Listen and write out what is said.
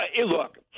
look